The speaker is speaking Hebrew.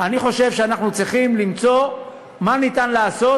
אני חושב שאנחנו צריכים למצוא מה ניתן לעשות